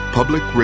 Public